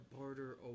barter